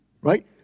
right